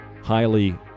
Highly